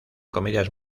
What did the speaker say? comedias